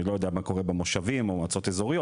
אני לא יודע מה קורה במושבים או במועצות אזוריות,